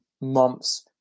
months